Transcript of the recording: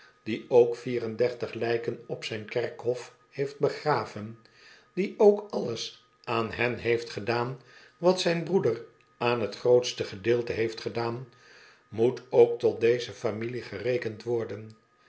die ook vier en dertig lijken op zijn kerkhof heeft begraven die ook alles aan hen heeft gedaan wat zijn broeder aan t grootste gedeelte heeft gedaan moet ook tot deze familie gerekend worden